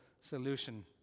solution